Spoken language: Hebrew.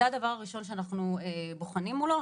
זה הדבר הראשון שאנחנו בוחנים מולו,